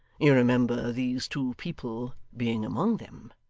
you remember these two people being among them?